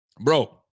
bro